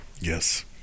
Yes